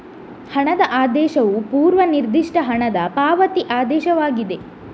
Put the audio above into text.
ಹಣದ ಆದೇಶವು ಪೂರ್ವ ನಿರ್ದಿಷ್ಟ ಹಣದ ಪಾವತಿ ಆದೇಶವಾಗಿದೆ